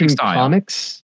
comics